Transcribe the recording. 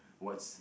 what's